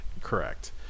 Correct